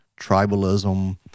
tribalism